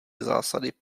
zásady